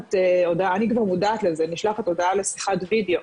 נודעת לזה, נשלחת הודעה לשיחת וידאו,